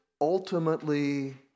ultimately